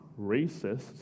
racists